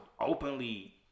openly